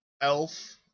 elf